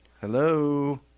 Hello